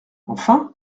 enfin